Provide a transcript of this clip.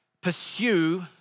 Pursue